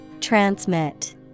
Transmit